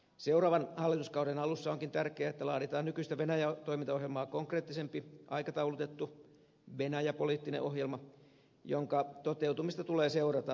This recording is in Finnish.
seuraavan hallituskauden alussa onkin tärkeää että laaditaan nykyistä venäjä toimintaohjelmaa konkreettisempi aikataulutettu venäjä poliittinen ohjelma jonka toteutumista tulee seurata vuosittain